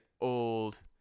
old